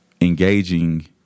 Engaging